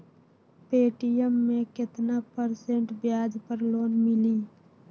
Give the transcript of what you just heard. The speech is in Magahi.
पे.टी.एम मे केतना परसेंट ब्याज पर लोन मिली?